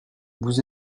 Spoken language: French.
vous